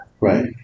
Right